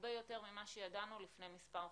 הרבה יותר ממה שידענו לפני מספר חודשים,